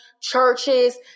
churches